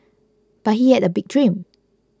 but he had a big dream